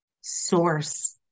source